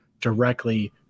directly